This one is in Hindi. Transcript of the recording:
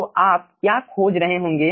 तो आप क्या खोज रहे होंगे